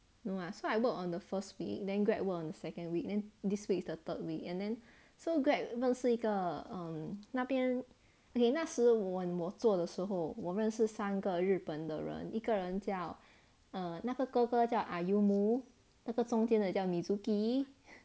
no lah so I work on the first week then greg work on the second week then this week is the third week and then so greg 认识一个 um 那边 okay 那时我我做的时候我认识三个日本的人一个人叫那个哥哥叫 ayumu 那个中间的叫 mizuki